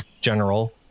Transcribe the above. general